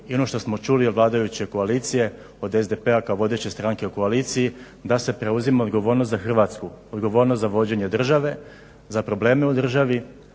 i ono što smo čuli od vladajuće koalicije od SDP-a kao vodeće stranke u koaliciji da se preuzima odgovornost za Hrvatsku, odgovornost za vođenje države, za problem u državi,